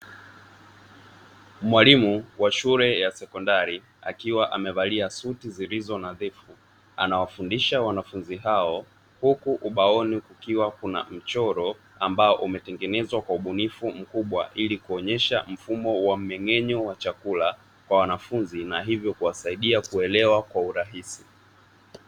Mwalimu wa shule ya sekondari akiwa amevalia suti zilizonadhifu anawafundisha wanafunzi hao, huku ubaoni kukiwa kuna mchoro uliotengenezwa kwa ubunifu mkubwa ili kuonyesha mfumo wa mmeng'enyo wa chakula kwa wanafunzi na hivyo kuwasaida kuelewa kwa urahisi.